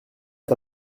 est